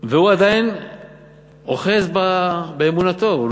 והוא עדיין אוחז באמונתו.